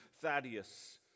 Thaddeus